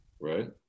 right